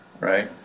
right